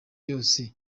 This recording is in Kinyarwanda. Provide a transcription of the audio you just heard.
yose